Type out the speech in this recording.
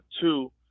Two